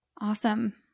Awesome